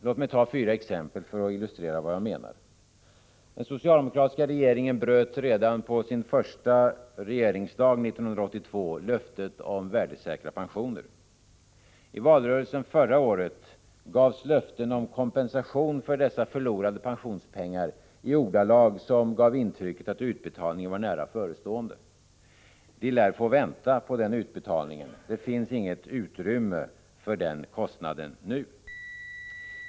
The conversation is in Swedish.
Låt mig ta fyra exempel för att illustrera vad jag menar. Den socialdemokratiska regeringen bröt redan på sin första regeringsdag 1982 löftet om värdesäkrade pensioner. I valrörelsen förra året gavs löften om kompensation för dessa förlorade pensionspengar i ordalag som gav intrycket att utbetalningen var nära förestående. Man lär få vänta på den utbetalningen. Det finns inte utrymme för den kostnaden nu.